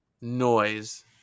noise